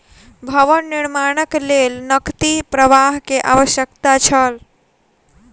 भवन निर्माणक लेल नकदी प्रवाह के आवश्यकता छल